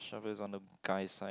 shovel is on the guy's side